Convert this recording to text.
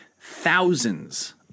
thousands